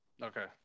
Okay